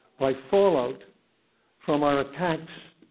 by fallout from our attacks,